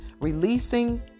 releasing